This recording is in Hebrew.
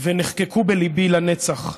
ונחקקו בליבי לנצח.